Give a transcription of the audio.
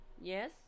Yes